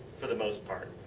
for the most part.